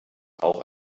auch